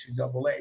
NCAA